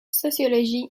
sociologie